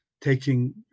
taking